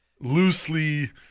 Loosely